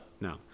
No